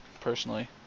personally